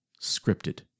scripted